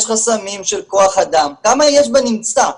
יש חסמים של כוח אדם, כמה יש בנמצא.